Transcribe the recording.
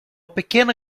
pequena